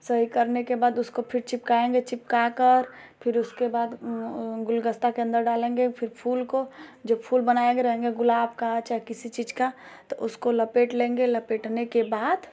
सही करने के बाद उसको फिर चिपकाएँगे चिपकाकर फिर उसके बाद गुलगस्ता के अन्दर डालेंगे फिर फूल को जो फूल बनाए रहेंगे गुलाब का चाहे किसी चीज़ का तो उसको लपेट लेंगे लपेटने के बाद